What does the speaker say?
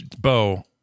Bo